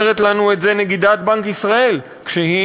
אומרת לנו את זה נגידת בנק ישראל כשהיא